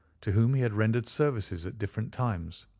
to whom he had rendered services at different times.